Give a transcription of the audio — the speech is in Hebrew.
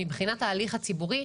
מבחינת ההליך הציבורי,